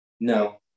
No